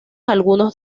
algunos